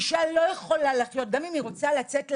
אישה לא יכולה לחיות וגם אם היא רוצה לצאת לעבוד,